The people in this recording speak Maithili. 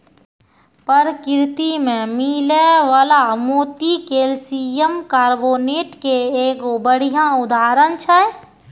परकिरति में मिलै वला मोती कैलसियम कारबोनेट के एगो बढ़िया उदाहरण छै